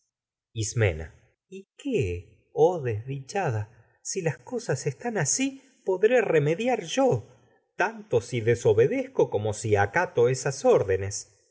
ismena y qué oh desdichada si las yo cosas están asi podré esas remediar órdenes tanto si desobedezco como si acato